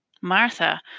Martha